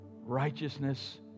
righteousness